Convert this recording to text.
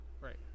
Right